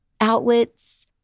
outlets